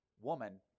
woman